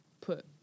put